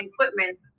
equipment